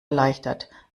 erleichtert